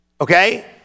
Okay